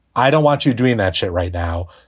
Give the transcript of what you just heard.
i don't want you doing that shit right now,